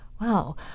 Wow